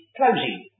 closing